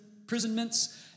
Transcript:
imprisonments